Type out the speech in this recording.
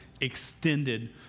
extended